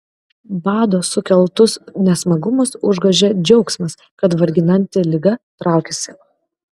bado sukeltus nesmagumus užgožia džiaugsmas kad varginanti liga traukiasi